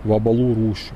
vabalų rūšių